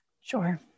Sure